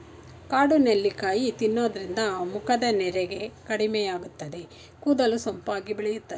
ಕಾಡು ನೆಲ್ಲಿಕಾಯಿ ತಿನ್ನೋದ್ರಿಂದ ಮುಖದ ನೆರಿಗೆ ಕಡಿಮೆಯಾಗುತ್ತದೆ, ಕೂದಲು ಸೊಂಪಾಗಿ ಬೆಳೆಯುತ್ತದೆ